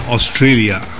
Australia